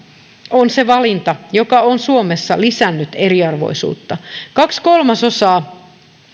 on se valinta joka on suomessa lisännyt eriarvoisuutta kaksi kolmasosaa suomalaisista